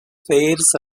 fares